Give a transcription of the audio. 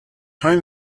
home